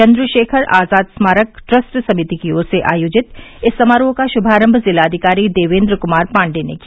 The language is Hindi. चंद्रशेखर आजाद स्मारक ट्रस्ट समिति की ओर से आयोजित इस समारोह का श्मारंभ जिलाधिकारी देवेन्द्र कुमार पांडे ने किया